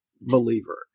believer